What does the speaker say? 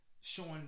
showing